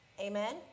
Amen